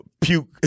puke